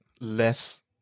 less